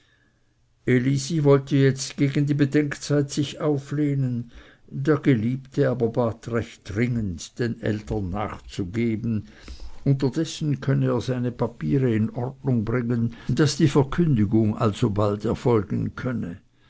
wollte jetzt gegen die bedenkzeit sich auflehnen der geliebte aber bat recht dringend den eltern nachzugeben unterdessen könne er seine papiere in ordnung bringen daß die verkündigung alsobald erfolgen könne